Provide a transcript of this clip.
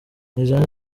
nizera